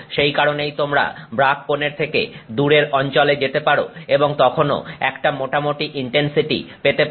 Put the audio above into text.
সেই কারণেই তোমরা ব্রাগ কোণের থেকে দূরের অঞ্চলে যেতে পারো এবং তখনও একটা মোটামুটি ইনটেনসিটি পেতে পারো